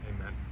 Amen